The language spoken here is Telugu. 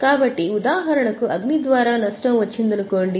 కాబట్టి ఉదాహరణకు అగ్ని ద్వారా నష్టం వచ్చిందనుకోండి